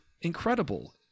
incredible